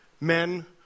men